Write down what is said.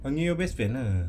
ani your best friend lah